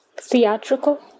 theatrical